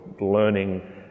learning